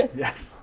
ah yes,